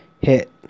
hit